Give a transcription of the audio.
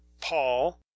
paul